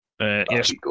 Yes